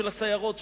של הסיירות,